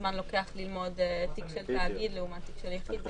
זמן לוקח ללמוד תיק של תאגידלעומת תיק של יחיד.